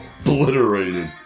obliterated